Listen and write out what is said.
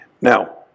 now